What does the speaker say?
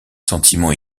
sentiments